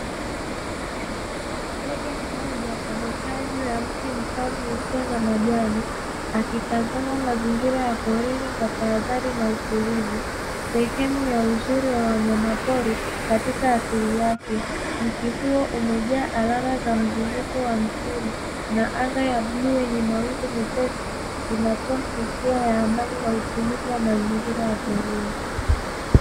Ndege mmoja amekaa juu ya mti mkavu usio na majani, akitazama mazingira ya porini kwa tahadhari na utulivu. Sehemu ya uzuri wa wanyama pori katika asili yake. Mti huo umejaa alama za mzunguko wa msimu, na anga ya bluu yenye mawingu mepesi, inatoa hisia ya amani na utulivu wa mazingira ya porini.